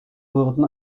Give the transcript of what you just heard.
wurden